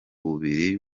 bubiri